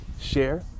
share